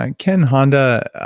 and ken honda,